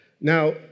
Now